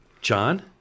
John